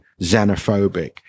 xenophobic